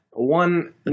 One